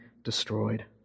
destroyed